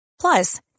Plus